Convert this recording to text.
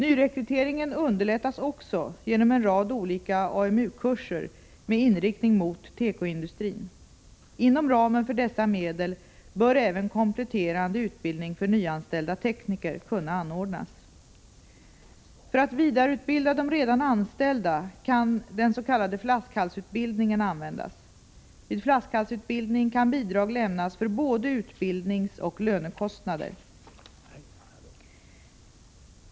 Nyrekryteringen underlättas också genom en rad olika AMU-kurser med inriktning mot tekoindustrin. Inom ramen för dessa medel bör även kompletterande utbildning för nyanställda tekniker kunna anordnas. För att vidareutbilda de redan anställda kan den s.k. flaskhalsutbildningen användas. Vid flaskhalsutbildning kan bidrag lämnas för både utbildningsoch lönekostnader.